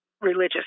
religious